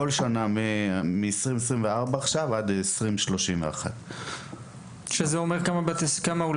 בכל שנה מ-2024 עד 2031. שזה אומר כמה אולמות?